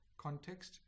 context